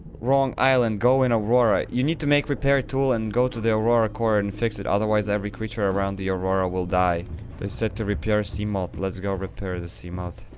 wrong island. go in aurora chat you need to make repair tool and go to the aurora core and fix it otherwise every creature around the aurora will die they said to repair see moth. let's go repair the sea moth.